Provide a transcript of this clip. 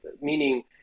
meaning